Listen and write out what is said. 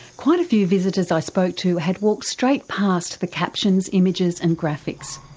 quite a few visitors i spoke to had walked straight past the captions, images and graphics.